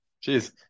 cheers